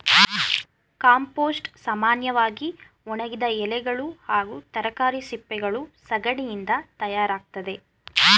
compost ಸಾಮನ್ಯವಾಗಿ ಒಣಗಿದ ಎಲೆಗಳು ಹಾಗೂ ತರಕಾರಿ ಸಿಪ್ಪೆಗಳು ಸಗಣಿಯಿಂದ ತಯಾರಾಗ್ತದೆ